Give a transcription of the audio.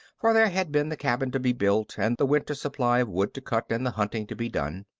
for there had been the cabin to be built and the winter's supply of wood to cut and the hunting to be done.